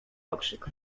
okrzyk